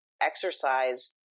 exercise